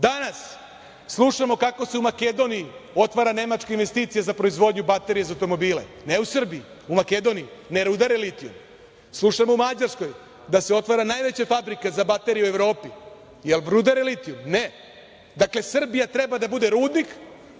slušamo kako se u Makedoniji otvara Nemačka investicija za proizvodnju za baterije za automobile, ne u Srbiji, u Makedoniji, ne rudare litijum. Slušamo u Mađarskoj da se otvara najveća fabrika za baterije u Evropi, jer rudare litijum? Ne. Dakle, Srbija treba da bude rudnik,